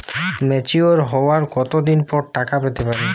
Mature হওয়ার কত দিন পর টাকা পেতে পারি?